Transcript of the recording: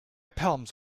palms